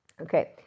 okay